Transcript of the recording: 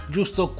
Giusto